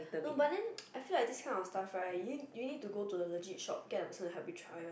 no but then I feel like this kind of stuff right you need you need to go to a legit shop get the person to help you try one